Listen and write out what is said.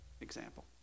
example